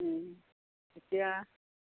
তেতিয়া